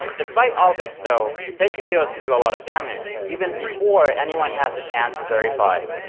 despite all this, though, fake videos could do a lot of damage, even before anyone has a chance to verify,